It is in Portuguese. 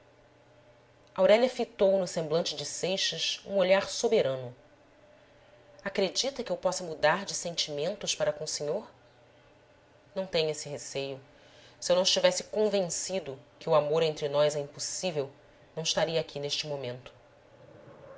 aurélia fitou no semblante de seixas um olhar soberano acredita que eu possa mudar de sentimentos para com o senhor não tenha esse receio se eu não estivesse convencido que o amor entre nós é impossível não estaria aqui neste momento